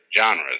genres